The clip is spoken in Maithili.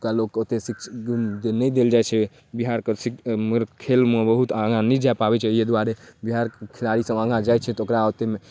एतुका लोकके ओतेक शिक नहि देल जाइ छै बिहारके शिक खेलमे बहुत आगाँ नहि जा पाबै छै ओहि दुआरे बिहारके खेलाड़ीसभ आगाँ जाइ छै तऽ ओकरा ओतेक